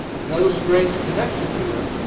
another strange connection here,